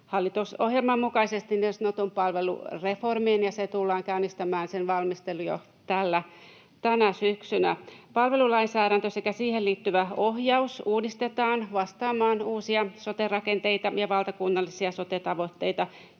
hallitusohjelman mukaisesti niin sanotun palvelureformin, ja sen valmistelu tullaan käynnistämään jo tänä syksynä. Palvelulainsäädäntö sekä siihen liittyvä ohjaus uudistetaan vastaamaan uusia sote-rakenteita ja valtakunnallisia sote-tavoitteita,